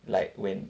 like when